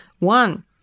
One